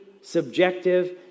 subjective